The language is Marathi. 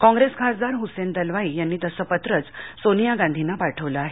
कॉंग्रेस खासदार हुसेन दलवाई यांनी तसं पत्रच सोनिया गांधींना पाठवलं आहे